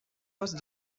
post